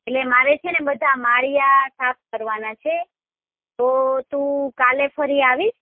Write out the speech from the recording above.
એટલે મારે છે ને બધા માળીયા સાફ કરવાના છે તો તું કાલે ફરી આવીશ